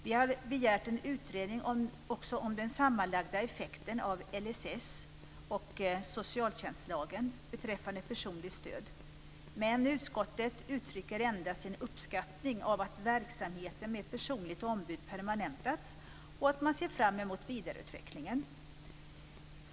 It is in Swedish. Vi har begärt en utredning också om den sammanlagda effekten av LSS och socialtjänstlagen beträffande personligt stöd, men utskottet uttrycker endast sin uppskattning av att verksamheten med personligt ombud permanentas och att man ser framemot vidareutvecklingen.